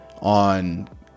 on